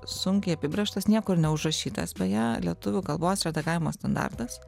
sunkiai apibrėžtas niekur neužrašytas beje lietuvių kalbos redagavimo standartas